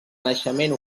naixement